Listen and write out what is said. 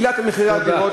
העלה את מחירי הדירות,